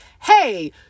hey